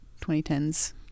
2010s